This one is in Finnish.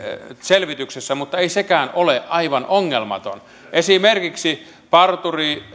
selvityksessä mutta ei sekään ole aivan ongelmaton esimerkiksi parturi